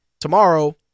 tomorrow